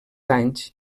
anys